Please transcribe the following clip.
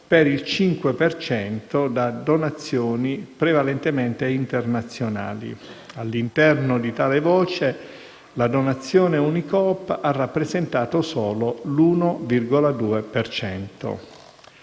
per cento da donazioni prevalentemente internazionali. All'interno di tale voce, la donazione Unicoop ha rappresentato solo l'1,2